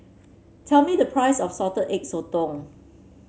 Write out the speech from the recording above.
tell me the price of Salted Egg Sotong